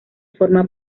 forma